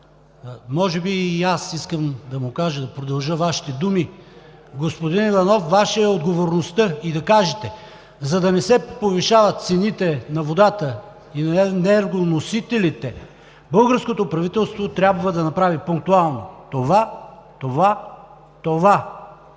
може би и аз искам да му кажа и да продължа Вашите думи. Господин Иванов, Ваша е отговорността и да кажете: за да не се повишават цените на водата и енергоносителите, българското правителство трябва да направи пунктуално: това, това и това.